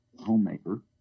homemaker